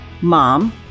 mom